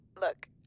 look